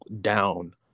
down